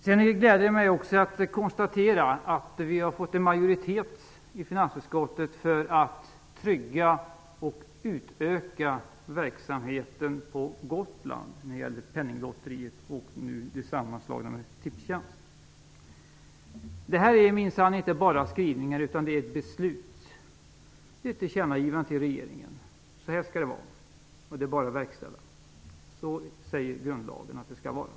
Sedan gläder det mig att jag kan konstatera att vi har fått en majoritet i finansutskottet för att trygga och utöka verksamheten på Gotland när det gäller Penninglotteriet, som nu slås samman med Tipstjänst. Detta är minsann inte bara skrivningar, utan det är ett tillkännagivande till regeringen att så här skall det vara och att det bara är att verkställa. Så sägs det i grundlagen att det skall vara.